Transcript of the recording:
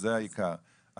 זה העיקר.